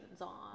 on